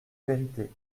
vérité